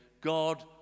God